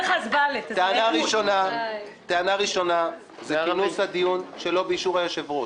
הטענה הראשונה היא על כינוס הדיון שלא באישור היושב-ראש.